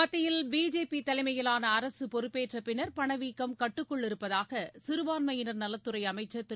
மத்தியில் பிஜேபி தலைமையிலாள அரசு பொறுப்பேற்ற பின்னர் பணவீக்கம் கட்டுக்குள் இருப்பதாக சிறுபான்மையினர் நலத்துறை அமைச்சர் திரு